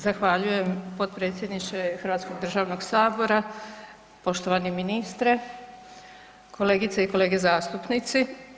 Zahvaljujem potpredsjedniče hrvatskog državnog Sabora, poštovani ministre, kolegice i kolege zastupnici.